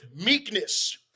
meekness